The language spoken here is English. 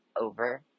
over